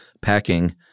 packing